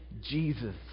Jesus